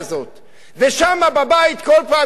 ושמה בבית, כל פעם שאני בא,